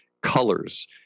colors